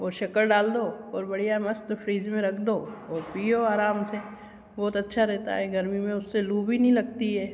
शक्कर डाल दो बहुत बढ़िया मस्त फ्रिज में रख दो फ़िर पियो आराम से बहुत अच्छा रहता है गर्मी में उससे लू भी नहीं लगती है